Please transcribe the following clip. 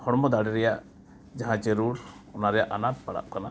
ᱦᱚᱲ ᱢᱚ ᱫᱟᱲᱮ ᱨᱮᱭᱟᱜ ᱡᱟᱦᱟᱸ ᱡᱟᱹᱨᱩᱲ ᱚᱱᱟ ᱨᱮᱭᱟᱜ ᱟᱱᱟᱴ ᱯᱟᱲᱟᱜ ᱠᱟᱱᱟ